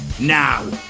now